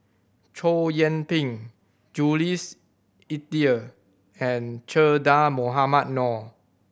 Chow Yian Ping Jules Itier and Che Dah Mohamed Noor